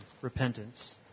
repentance